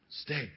Stay